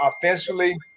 offensively